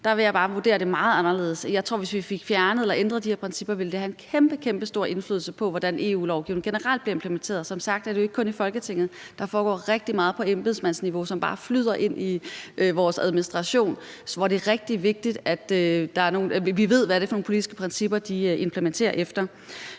jeg bare vurdere meget anderledes. Jeg tror, at hvis vi fik fjernet eller ændret de her principper, ville det have en kæmpekæmpestor indflydelse på, hvordan EU-lovgivningen generelt blev implementeret. Som sagt er det jo ikke kun i Folketinget, det foregår. Der foregår rigtig meget på embedsmandsniveau, som bare flyder ind i vores administration, hvor det er rigtig vigtigt, at vi ved, hvad det er for nogle politiske principper, de implementerer efter.